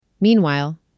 Meanwhile